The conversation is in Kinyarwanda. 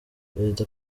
perezida